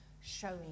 showing